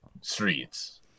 streets